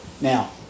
Now